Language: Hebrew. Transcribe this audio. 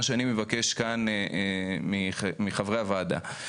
מה שאני מבקש כאן מחברי הוועדה,